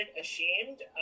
ashamed